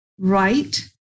right